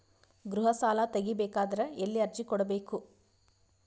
ಗೃಹ ಸಾಲಾ ತಗಿ ಬೇಕಾದರ ಎಲ್ಲಿ ಅರ್ಜಿ ಕೊಡಬೇಕು?